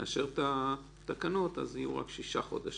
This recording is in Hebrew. אישור התקנות, יהיו רק שישה חודשים.